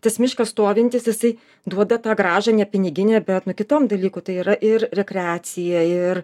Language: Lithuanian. tas miškas stovintis jisai duoda tą grąžą ne piniginę bet nu kitom dalyku tai yra ir rekreacija ir